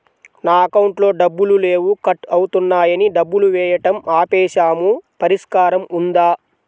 నా అకౌంట్లో డబ్బులు లేవు కట్ అవుతున్నాయని డబ్బులు వేయటం ఆపేసాము పరిష్కారం ఉందా?